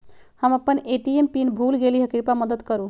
हम अपन ATM PIN भूल गेली ह, कृपया मदत करू